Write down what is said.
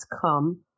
come